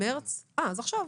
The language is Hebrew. אז עכשיו.